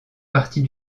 partie